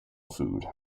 food